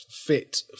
fit